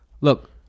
Look